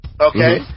Okay